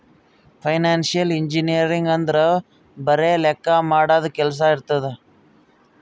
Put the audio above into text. financial engineering ಅಂದುರ್ ಬರೆ ಲೆಕ್ಕಾ ಮಾಡದು ಕೆಲ್ಸಾ ಇರ್ತುದ್